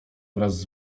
wraz